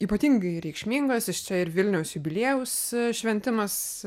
ypatingai reikšmingos iš čia ir vilniaus jubiliejaus šventimas